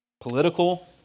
political